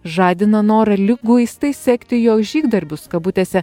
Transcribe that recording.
žadina norą liguistai sekti jo žygdarbius kabutėse